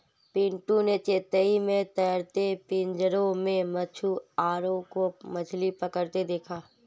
पिंटू ने चेन्नई में तैरते पिंजरे में मछुआरों को मछली पकड़ते देखा